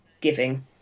giving